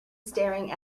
staring